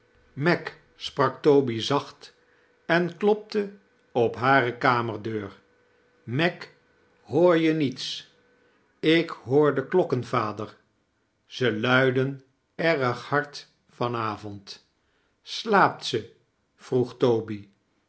meg sprak toby zacht en klopte op hare kamerdeur meg hoor je niets ik hoor de klokken vader ze luiden erg hard van avond slaapt ze vroeg toby